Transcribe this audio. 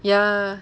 ya